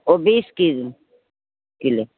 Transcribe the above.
वह बीस K G kilo